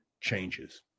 changes